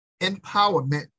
empowerment